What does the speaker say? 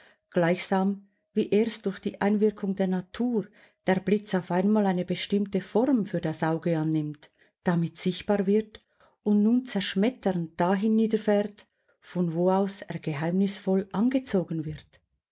gleichsam wie erst durch die einwirkung der natur der blitz auf einmal eine bestimmte form für das auge annimmt damit sichtbar wird und nun zerschmetternd dahin niederfährt von wo aus er geheimnisvoll angezogen wird